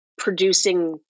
producing